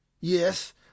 Yes